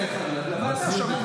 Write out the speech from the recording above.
על מה אתה מדבר?